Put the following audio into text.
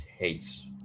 Hates